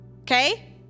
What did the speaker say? okay